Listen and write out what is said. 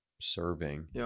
serving